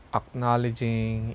acknowledging